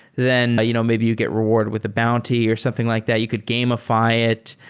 then you know maybe you get rewarded with the bounty or something like that. you could gamify it.